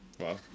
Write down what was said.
Wow